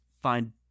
find